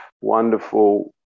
wonderful